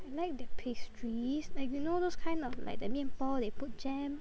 I like the pastries like you know those kind of like the 面包 they put jam